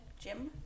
gym